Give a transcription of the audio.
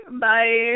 Bye